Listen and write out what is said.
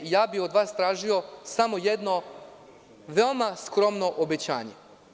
Ja bih od vas tražio samo jedno veoma skromno obećanje.